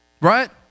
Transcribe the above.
right